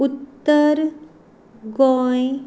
Uttar Goa